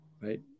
right